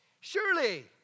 Surely